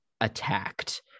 attacked